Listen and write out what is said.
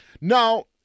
now